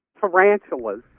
tarantulas